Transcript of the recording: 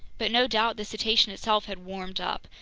but no doubt the cetacean itself had warmed up,